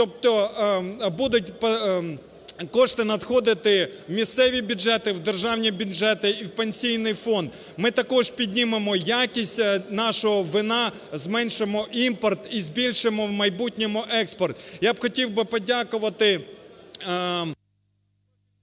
тобто будуть кошти надходити в місцеві бюджети, в державні бюджети і в Пенсійний фонд. Ми також піднімемо якість нашого вина, зменшимо імпорт і збільшимо в майбутньому експорт. Я хотів би подякувати…